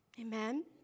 amen